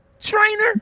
trainer